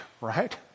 right